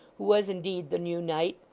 who was indeed the new knight,